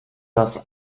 das